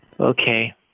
Okay